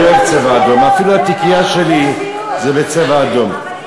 אני אוהב צבע אדום, אפילו התיקייה שלי בצבע אדום.